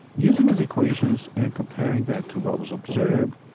using his equations and comparing that to what was observed,